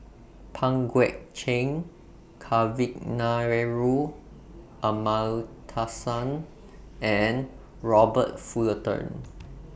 Pang Guek Cheng Kavignareru Amallathasan and Robert Fullerton